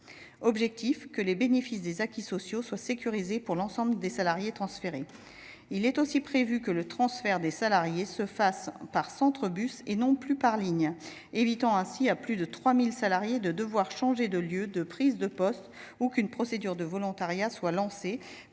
de sécuriser les bénéfices des acquis sociaux pour l’ensemble des salariés transférés. Il est aussi prévu que le transfert des salariés se fasse par centre bus et non plus par ligne, évitant ainsi à plus de 3 000 salariés de devoir changer de lieu de prise de poste, et qu’une procédure de volontariat soit lancée